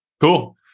cool